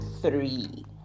three